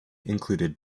included